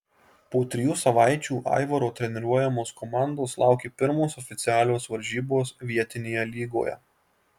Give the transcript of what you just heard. po trijų savaičių aivaro treniruojamos komandos laukė pirmos oficialios varžybos vietinėje lygoje